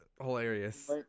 hilarious